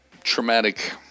traumatic